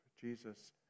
Jesus